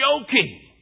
joking